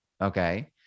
Okay